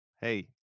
Hey